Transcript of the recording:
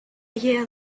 year